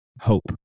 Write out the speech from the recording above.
hope